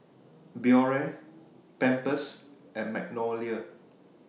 Biore Pampers and Magnolia